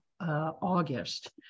August